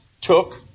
took